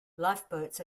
lifeboats